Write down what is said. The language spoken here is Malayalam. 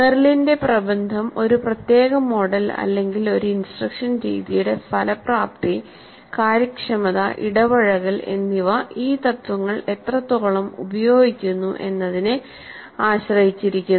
മെറിലിന്റെ പ്രബന്ധം ഒരുപ്രത്യേക മോഡൽ അല്ലെങ്കിൽ ഒരു ഇൻസ്ട്രക്ഷൻ രീതിയുടെ ഫലപ്രാപ്തി കാര്യക്ഷമത ഇടപഴകൽ എന്നിവ ഈ തത്ത്വങ്ങൾ എത്രത്തോളം ഉപയോഗിക്കുന്നു എന്നതിനെ ആശ്രയിച്ചിരിക്കുന്നു